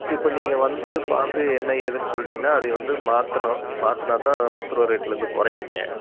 இப்போ நீங்கள் வந்து பார்த்து என்ன ஏதுன்னு சொல்லிட்டிங்கனால் அதைய வந்து மாற்றணும் மாற்றுனா தான் பத்துருபா ரேட்லேருந்து குறையுங்க